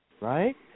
right